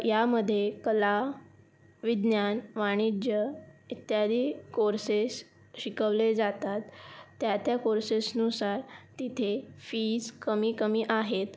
यामध्ये कला विज्ञान वाणिज्य इत्यादी कोर्सेस शिकवले जातात त्या त्या कोर्सेसनुसार तिथे फिज कमी कमी आहेत